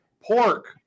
Pork